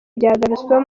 byagarutsweho